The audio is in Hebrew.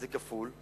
זה כפול,